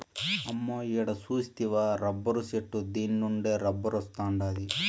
అమ్మో ఈడ సూస్తివా రబ్బరు చెట్టు దీన్నుండే రబ్బరొస్తాండాది